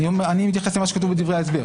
אני מתייחס למה שכתוב בדברי ההסבר.